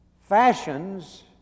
fashions